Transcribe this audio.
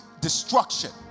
destruction